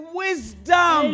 wisdom